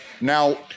now